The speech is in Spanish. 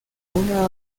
una